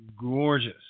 gorgeous